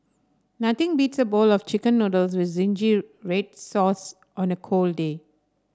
nothing beats a bowl of chicken noodles with zingy red sauce on a cold day